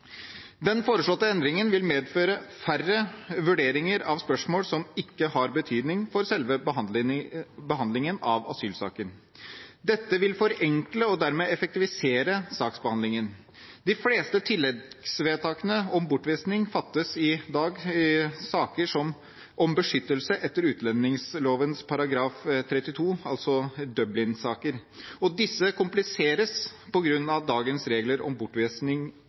Den foreslåtte endringen vil medføre færre vurderinger av spørsmål som ikke har betydning for selve behandlingen av asylsaken. Dette vil forenkle og dermed effektivisere saksbehandlingen. De fleste tilleggsvedtakene om bortvisning fattes i dag i saker om beskyttelse etter utlendingsloven § 32, altså Dublin-saker. Disse kompliseres på grunn av dagens regler om bortvisning